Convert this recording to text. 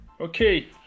okay